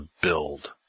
build